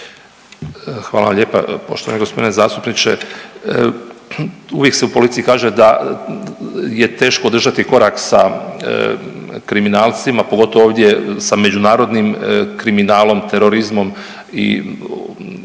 Hvala vam lijepa poštovani gospodine zastupniče. Uvijek se u policiji kaže da je teško održati korak sa kriminalcima pogotovo ovdje sa međunarodnim kriminalom, terorizmom